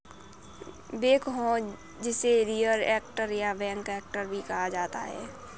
backhoe जिसे rear actor या back actor भी कहा जाता है